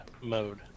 mode